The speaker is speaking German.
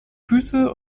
füße